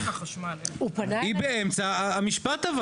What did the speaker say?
לדוגמה ההצעה שלך שהשר יגיע לישיבות של הוועדה.